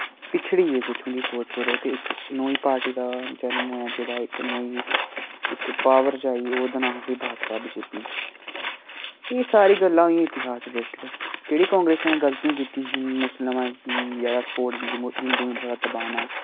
पिछड़ी गे कुछ उंदी सोच कोलो ते इक नोईं पार्टी दा जनम होया जेह्ड़ा इक नोईं इक पावर च आई ओह्दा नां हा बी भाजपा बी जे पी एह् सारी गल्लां ही इतिहास दे रिलेटिड जेह्ड़ी कांग्रेस नै गल्तियां कीतियां ही मुसलिमां कि जैदा सपोर्ट दित्ती हिन्दुएं गी थोह्ड़ा दबाना